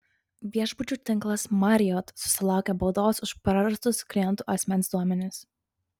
viešbučių tinklas marriott susilaukė baudos už prarastus klientų asmens duomenis